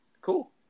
cool